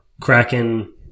Kraken